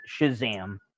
Shazam